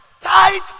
tight